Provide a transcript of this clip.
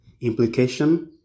Implication